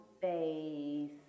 face